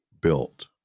built